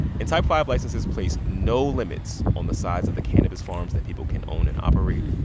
and type five licenses place no limits on the size of the cannabis farms that people can own and operate.